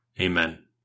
Amen